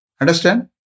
Understand